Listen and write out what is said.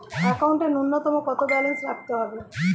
একাউন্টে নূন্যতম কত ব্যালেন্স রাখতে হবে?